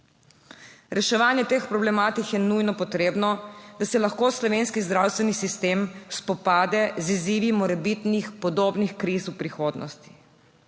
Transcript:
Reševanje teh problematik je nujno potrebno, da se lahko slovenski zdravstveni sistem spopade z izzivi morebitnih podobnih kriz v prihodnosti.